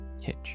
hitch